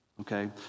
Okay